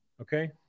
okay